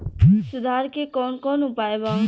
सुधार के कौन कौन उपाय वा?